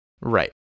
Right